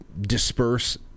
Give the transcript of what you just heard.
disperse